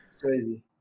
Crazy